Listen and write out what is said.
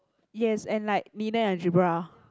yes and like linear algebra